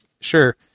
Sure